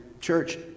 church